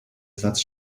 satz